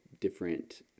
different